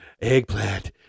eggplant